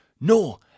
no